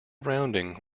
rounding